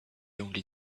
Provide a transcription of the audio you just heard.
only